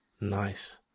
Nice